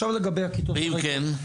עכשיו לגבי הכיתות הריקות -- ואם כן?